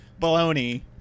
baloney